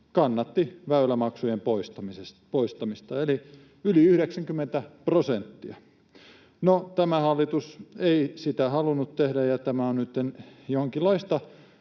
kannatti väylämaksujen poistamista, eli yli 90 prosenttia. No, tämä hallitus ei sitä halunnut tehdä, ja tämä on nytten jonkinlaista